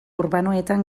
urbanoetan